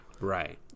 right